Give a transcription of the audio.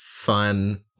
fun